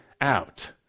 out